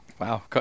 Wow